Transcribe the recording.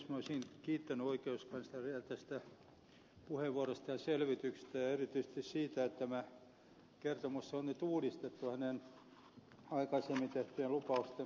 minä olisin kiittänyt oikeuskansleria tästä puheenvuorosta ja selvityksestä ja erityisesti siitä että tämä kertomus on nyt uudistettu hänen aikaisemmin tekemiensä lupausten mukaisesti